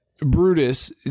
Brutus